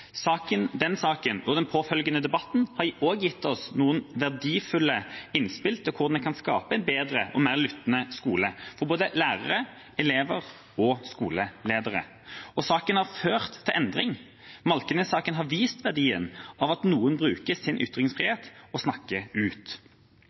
Den saken og den påfølgende debatten har også gitt oss noen verdifulle innspill til hvordan man kan skape en bedre og mer lyttende skole for både lærere, elever og skoleledere. Og saken har ført til endring. Malkenes-saken har vist verdien av at noen bruker sin